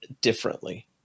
differently